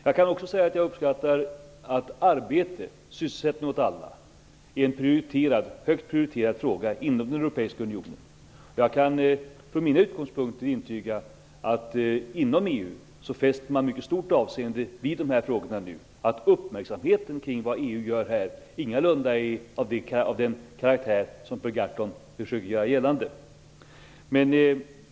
Jag uppskattar också att frågan om sysselsättning åt alla är en högt prioriterad fråga inom den europeiska unionen. Jag kan från min utgångspunkt intyga att inom EU fäster man nu mycket stort avseende vid dessa frågor. Uppmärksamheten kring vad EU gör är ingalunda av den karaktären som Per Gahrton försöker göra gällande.